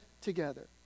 together